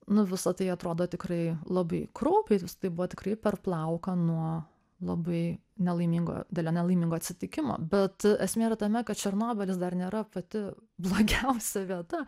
nu visa tai atrodo tikrai labai kraupiai tai buvo tikrai per plauką nuo labai nelaimingo didelio nelaimingo atsitikimo bet esmė tame kad černobylis dar nėra pati blogiausia vieta